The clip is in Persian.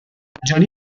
مجانی